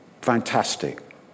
Fantastic